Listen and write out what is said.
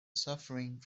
suffering